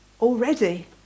already